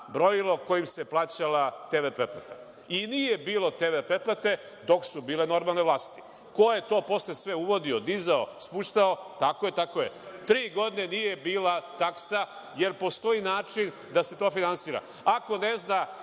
brojilo kojim se plaćala TV pretplata. I nije bilo TV pretplate dok su normalne vlasti. Ko je to sve posle uvodio, dizao, spuštao? Tako je, tako je. Tri godine nije bila taksa, jer postoji način da se to finansira. Ako ne zna